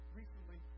recently